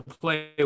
play